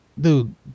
dude